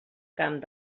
camp